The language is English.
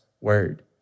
word